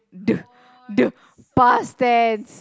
the the past tense